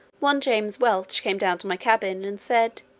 one james welch came down to my cabin, and said,